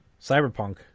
Cyberpunk